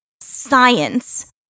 science